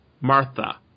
Martha